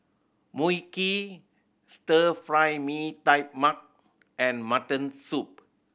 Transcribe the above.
Mui Kee Stir Fry Mee Tai Mak and mutton soup